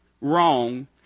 wrong